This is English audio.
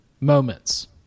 moments